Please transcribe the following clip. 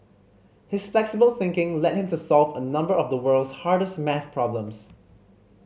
his flexible thinking led him to solve a number of the world's hardest maths problems